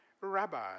Rabbi